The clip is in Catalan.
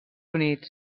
units